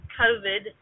covid